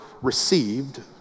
received